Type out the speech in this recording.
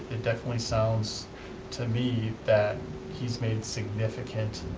it definitely sounds to me that he's made significant,